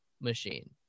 machine